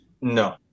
No